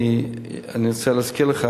כי אני רוצה להזכיר לך,